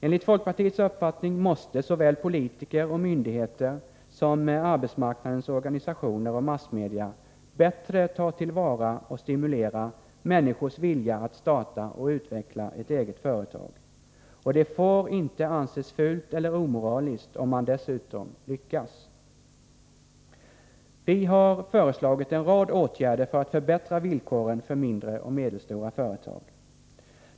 Enligt folkpartiets uppfattning måste såväl politiker och myndigheter som arbetsmarknadens organisationer och massmedierna bättre ta till vara och stimulera människors vilja att starta och utveckla ett eget företag. Och det får inte anses fult eller omoraliskt om man dessutom lyckas. Vi har föreslagit en rad åtgärder för att förbättra villkoren för mindre och medelstora företag.